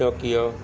Tokyo